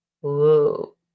Whoa